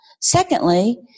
Secondly